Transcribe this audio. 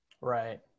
right